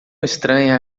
estranha